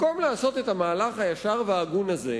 במקום לעשות את המהלך הישר וההגון הזה,